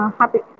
happy